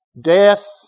death